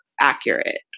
accurate